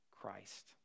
Christ